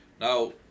Now